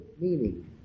meaning